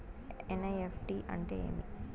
NEFT అంటే ఏమి